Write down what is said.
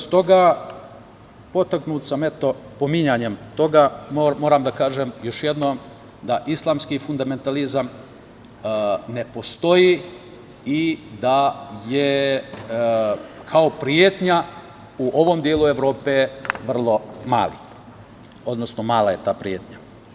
Stoga, potaknut sam, eto, pominjanjem toga, moram da kažem još jednom da islamski fundamentalizam ne postoji i da je kao pretnja u ovom delu Evrope, vrlo mali, odnosno, mala je ta pretnja.